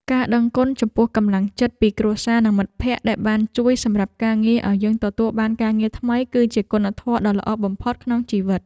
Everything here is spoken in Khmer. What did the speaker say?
ការដឹងគុណចំពោះកម្លាំងចិត្តពីគ្រួសារនិងមិត្តភក្តិដែលបានជួយសម្រាប់ការងារឱ្យយើងទទួលបានការងារថ្មីគឺជាគុណធម៌ដ៏ល្អបំផុតក្នុងជីវិត។